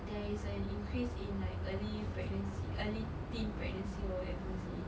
there is an increase in like early pregnancy early teen pregnancy or whatever seh